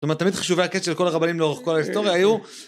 זאת אומרת, תמיד חישובי הקץ של כל הרבנים לאורך כל ההיסטוריה היו...